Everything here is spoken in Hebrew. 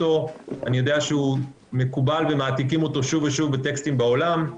אני יודע שהוא מקובל ומעתיקים אותו שוב ושוב בטקסטים בעולם,